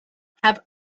have